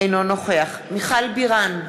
אינו נוכח מיכל בירן,